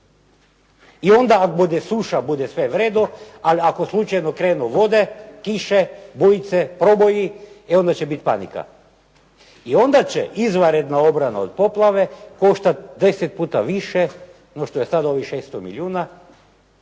I onda ako bude suša bude sve v redu, ali ako slučajno krenu vode, kiše, bujice, proboji e onda će biti panika. I onda će izvanredna obrana od poplave koštati 10 puta više nego što je sad ovih 600 milijuna.